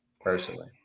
personally